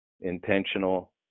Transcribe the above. intentional